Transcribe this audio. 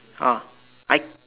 ah I